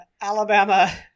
Alabama